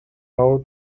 how